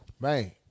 man